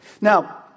Now